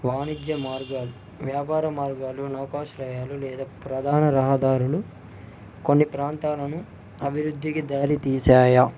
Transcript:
వాణిజ్య మార్గాలు వ్యాపార మార్గాలు నౌకాశ్రయాలు లేదా ప్రధాన రహదారులు కొన్ని ప్రాంతాలను అభివృద్ధికి దారి తీశాయి